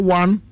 one